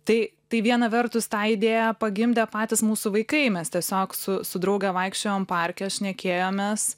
tai tai viena vertus tą idėją pagimdė patys mūsų vaikai mes tiesiog su su drauge vaikščiojom parke šnekėjomės